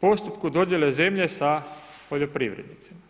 postupku dodjele zemlje sa poljoprivrednicima.